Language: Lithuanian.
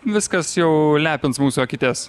viskas jau lepins mūsų akytes